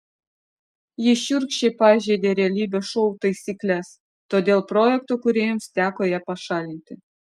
ji šiurkščiai pažeidė realybės šou taisykles todėl projekto kūrėjams teko ją pašalinti